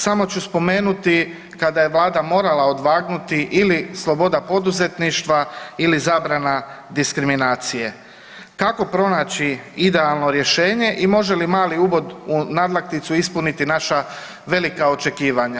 Samo ću spomenuti kada je Vlada morala odvagnuti ili sloboda poduzetništva ili zabrana diskriminacije, kako pronaći idealno rješenje i može li mali ubod u nadlakticu ispuniti naša velika očekivanja?